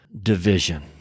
division